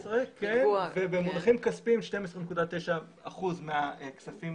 ב-2019, כן, ובמונחים כספיים 12.9% מהכספים